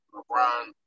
LeBron